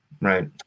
right